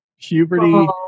puberty